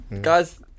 Guys